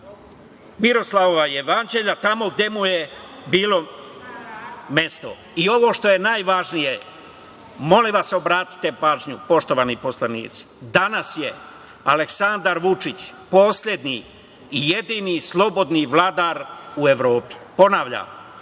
"Miroslavljevog jevanđelja" tamo gde mu je bilo mesto i ovo što je najvažnije, molim vas obratite pažnju, poštovani poslanici, danas je Aleksandar Vučić poslednji i jedini slobodni vladar u Evropi. Ponavljam,